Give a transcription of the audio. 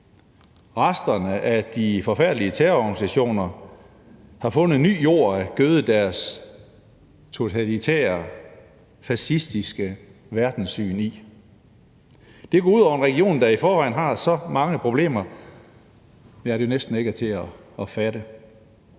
Resterne af de forfærdelige terrororganisationer har fundet ny jord, som gødes af deres totalitære, fascistiske verdenssyn. Det går ud over en region, der i forvejen har så mange problemer, at det næsten ikke er til at fatte.